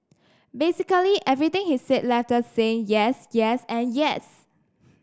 basically everything he said left us saying yes yes and yes